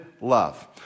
Love